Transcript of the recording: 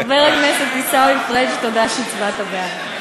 חבר הכנסת עיסאווי פריג', תודה שהצבעת בעד.